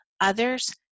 others